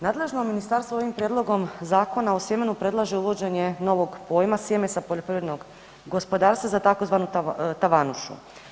Nadležno Ministarstvo ovim prijedlogom Zakona o sjemenu predlaže uvođenje novog pojma sjeme sa poljoprivrednog gospodarstva za tzv. tavanušu.